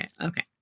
okay